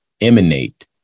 emanate